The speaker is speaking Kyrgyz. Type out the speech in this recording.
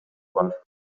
бар